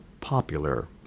popular